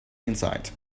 inside